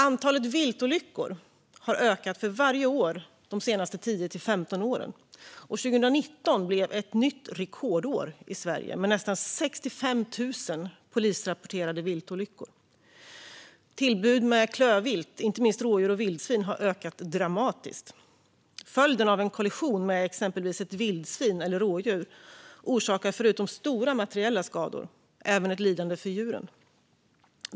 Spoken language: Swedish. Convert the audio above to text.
Antalet viltolyckor har ökat för varje år de senaste tio till femton åren. 2019 blev ett nytt rekordår i Sverige med nästan 65 000 polisrapporterade viltolyckor. Tillbuden med klövvilt, inte minst rådjur och vildsvin, har ökat dramatiskt. Följden av en kollision med exempelvis ett vildsvin eller ett rådjur orsakar förutom stora materiella skador även ett lidande för djuren.